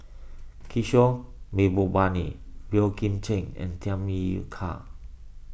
Kishore Mahbubani Boey Kim Cheng and Tham Yui Kai